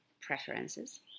preferences